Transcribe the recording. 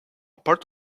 part